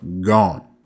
gone